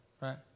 Right